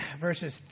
verses